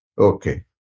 Okay